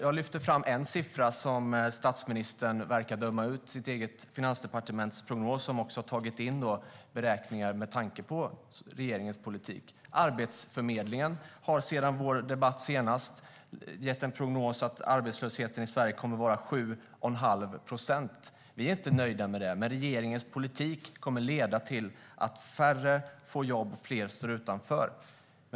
Jag lyfte fram en siffra som statsministern verkar döma ut i sitt eget finansdepartements prognos, där man också har tagit in beräkningar med tanke på regeringens politik. Arbetsförmedlingen har sedan vår senaste debatt gett en prognos för att arbetslösheten i Sverige kommer att vara 7,5 procent. Vi är inte nöjda med det, men regeringens politik kommer att leda till att färre får jobb och fler står utanför.